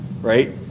right